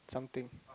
something